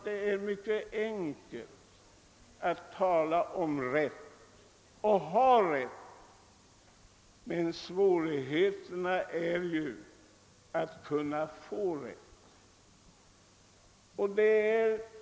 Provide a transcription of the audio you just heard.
Det är mycket enkelt att tala om rätt och att ha rätt, svårigheten är att kunna få rätt.